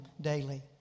daily